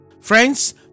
friends